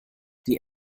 die